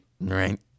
right